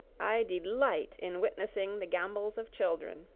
i delight in witnessing the gambols of children,